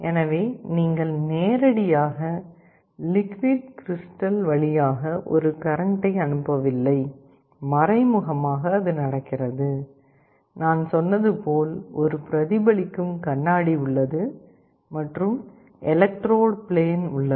எனவே நீங்கள் நேரடியாக லிக்விட் கிரிஸ்டல் வழியாக ஒரு கரண்ட்டை அனுப்பவில்லை மறைமுகமாக அது நடக்கிறது நான் சொன்னது போல் ஒரு பிரதிபலிக்கும் கண்ணாடி உள்ளது மற்றும் எலக்ட்ரோடு பிளேன் உள்ளது